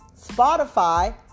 Spotify